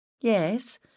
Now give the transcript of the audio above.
Yes